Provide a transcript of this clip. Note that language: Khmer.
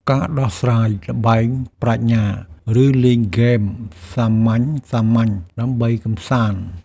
ការដោះស្រាយល្បែងប្រាជ្ញា ឬលេងហ្គេមសាមញ្ញៗដើម្បីកម្សាន្ត។